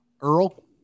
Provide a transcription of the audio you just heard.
Earl